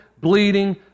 bleeding